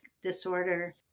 disorder